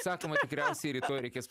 sakoma tikriausiai rytoj reikės